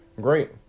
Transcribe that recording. Great